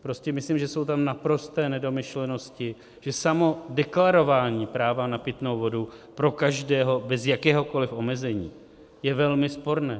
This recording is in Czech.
Prostě myslím, že jsou tam naprosté nedomyšlenosti, že samo deklarování práva na pitnou vodu pro každého bez jakéhokoli omezení je velmi sporné.